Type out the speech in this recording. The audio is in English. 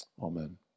Amen